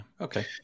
okay